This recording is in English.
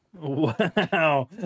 Wow